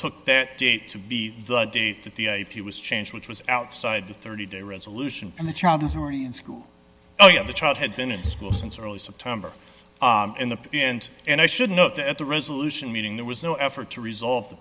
date to be the date that the ip was changed which was outside the thirty day resolution and the child was already in school oh yeah the child had been in school since early september in the end and i should note that the resolution meaning there was no effort to resolve the